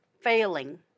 failing